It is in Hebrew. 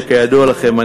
וכידוע לכם,